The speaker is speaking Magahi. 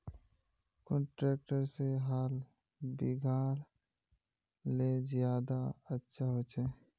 कुन ट्रैक्टर से हाल बिगहा ले ज्यादा अच्छा होचए?